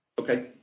Okay